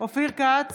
אופיר כץ,